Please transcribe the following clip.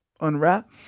unwrap